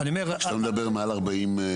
כשאתה מדבר מעל 40?